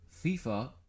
FIFA